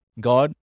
God